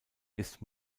ist